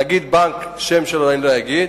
נגיד בנק שאת השם שלו אני לא אגיד,